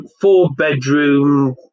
four-bedroom